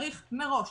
צריך מראש